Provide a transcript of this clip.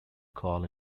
call